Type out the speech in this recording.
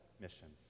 missions